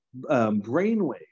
brainwave